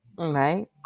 Right